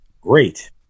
great